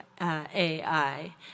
AI